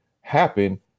happen